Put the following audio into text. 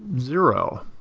zero.